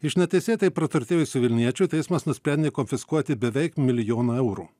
iš neteisėtai praturtėjusių vilniečių teismas nusprendė konfiskuoti beveik milijoną eurų